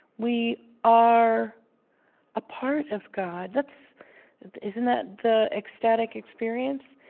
we are a part of god. that's isn't that the ecstatic experience?